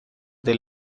del